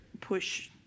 push